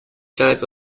type